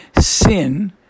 sin